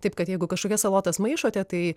taip kad jeigu kažkokias salotas maišote tai